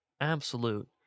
absolute